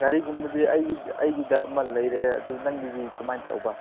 ꯒꯥꯔꯤꯒꯨꯝꯕꯗꯤ ꯑꯩꯒꯤꯗ ꯑꯃ ꯂꯩꯔꯦ ꯑꯗꯨ ꯅꯪꯒꯤꯗꯤ ꯀꯃꯥꯏ ꯇꯧꯕ